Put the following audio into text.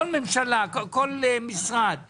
כל משרד מתחשב.